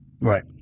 Right